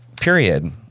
Period